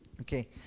okay